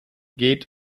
geht